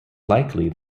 likely